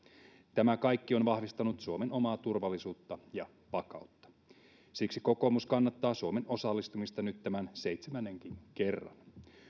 tämä kaikki on vahvistanut suomen omaa turvallisuutta ja vakautta siksi kokoomus kannattaa suomen osallistumista nyt tämän seitsemännenkin kerran